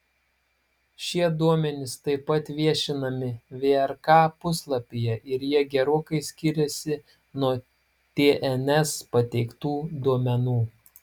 šie duomenys taip pat viešinami vrk puslapyje ir jie gerokai skiriasi nuo tns pateiktų duomenų